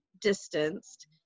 distanced